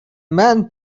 men